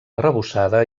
arrebossada